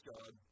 God